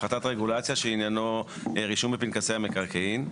הפחתת רגולציה שעניינו רישום בפנקסי המקרקעין,